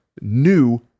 new